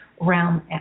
realm